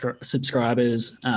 subscribers